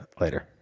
Later